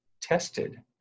tested